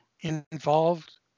involved